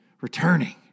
returning